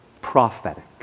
prophetic